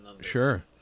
Sure